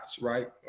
Right